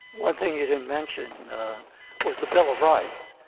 one thing you didn't mention you know was the bill of rights.